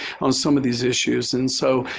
on some of these issues. and so,